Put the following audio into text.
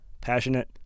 passionate